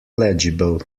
legible